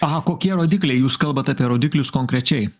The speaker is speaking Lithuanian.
aha kokie rodikliai jūs kalbat apie rodiklius konkrečiai